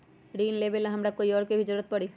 ऋन लेबेला हमरा कोई और के भी जरूरत परी?